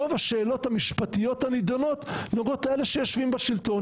רוב השאלות המשפטיות הנידונות נוגעות לאלה שיושבים בשלטון.